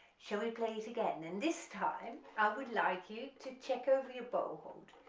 shall we play it again and this time i would like you to check over your bow hold,